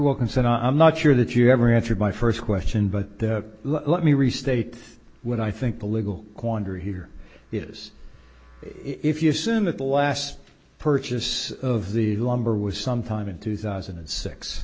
wilkinson i'm not sure that you ever answered my first question but let me restate when i think the legal quandary here is if you assume that the last purchase of the lumber was sometime in two thousand